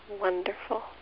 Wonderful